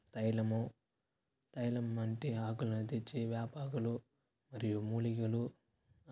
తైలము తైలం వంటి ఆకులను తెచ్చి వేపాకులు మరియు మూలికలు